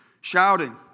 Shouting